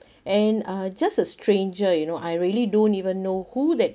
and uh just a stranger you know I really don't even know who that